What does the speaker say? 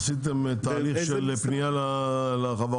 עשיתם תהליך של פנייה לחברות?